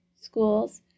schools